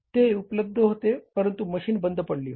ते उपलब्ध होते परंतु मशीन बंद पडली होती